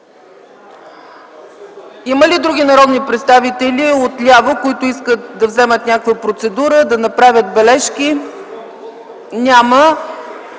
Има ли други народни представители от ляво, които искат да вземат някаква процедура, да направят бележки? Няма.